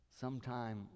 Sometime